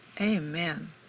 Amen